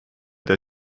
der